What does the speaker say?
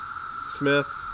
Smith